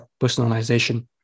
personalization